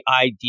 idea